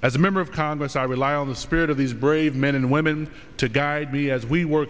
as a member of congress i rely on the spirit of these brave men and women to guide me as we work